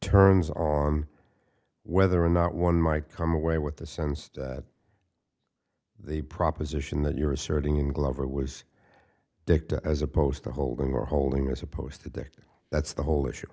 turns on whether or not one might come away with the sense that the proposition that you're asserting in glover was dicked as opposed to holding or holding as opposed to that that's the whole issue